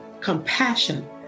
compassion